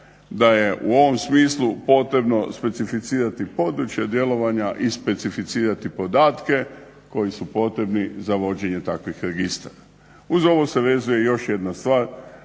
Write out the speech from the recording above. da je u ovom smislu potrebno specificirati područje djelovanja i specificirati podatke koji su potrebni za vođenje takvih registara. Uz ovo se vezuje i još jedna stvar